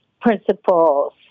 principles